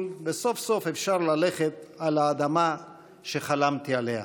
וסוף-סוף אפשר ללכת על האדמה שחלמתי עליה.